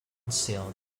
sailed